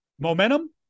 Momentum